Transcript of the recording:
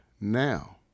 Now